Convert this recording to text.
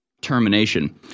Termination